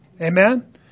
Amen